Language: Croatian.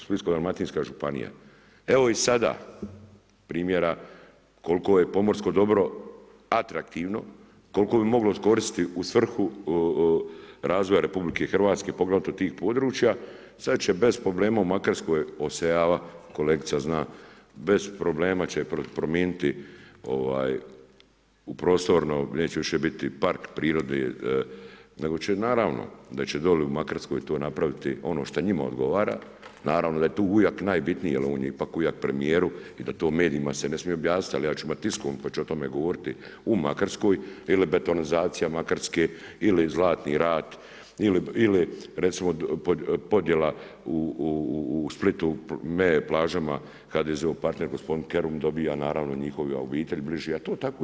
Splitsko dalmatinska županija, evo i sada primjera koliko je pomorsko dobro atraktivno, koliko bi moglo koristiti u svrhu razvoja RH, poglavito tih područja, sad će bez problema u Makarskoj, … kolegica zna, bez problema će promijeniti u prostornom, neće više biti park prirode nego će naravno da će dolje u Makarskoj to napraviti ono što njima odgovara, naravno da je tu ujak najbitniji jer on je ipak ujak premijeru i da to medijima se ne smije objasniti ali ja ću imat tiskovnu pa ću o tome govoriti u Makarskoj ili betonizacija Makarske ili Zlatni rat ili recimo podjela u Splitu, Meje, plažama, HDZ-ov partner gospodin Kerum dobio je naravno, njihova obitelj bliža, to tako ide.